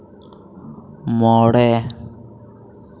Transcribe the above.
ᱢᱚᱬᱮ